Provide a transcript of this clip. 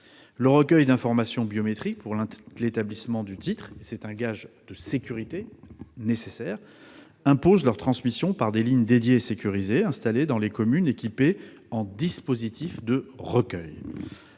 Le recueil d'informations biométriques pour l'établissement du titre- c'est un gage de sécurité -impose leur transmission par des lignes dédiées et sécurisées, installées dans les communes équipées en dispositifs de recueil.